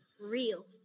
Real